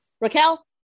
Raquel